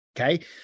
Okay